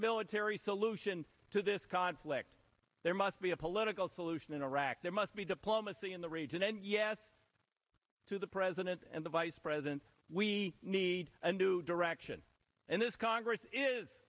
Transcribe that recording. military solution to this conflict there must be a political solution in iraq there must be diplomacy in the region and yes to the president and the vice president we need a new direction and this congress is